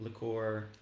liqueur